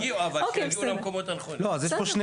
אוקי, בסדר.